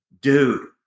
dude